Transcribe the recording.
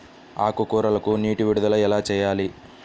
ఆకుకూరలకు నీటి విడుదల ఎలా చేయాలి?